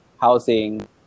housing